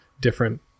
different